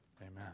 Amen